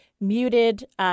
muted